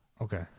Okay